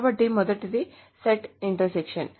కాబట్టి మొదటిది set intersection